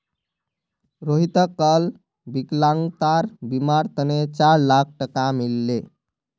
रोहितक कल विकलांगतार बीमार तने चार लाख टका मिल ले